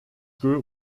group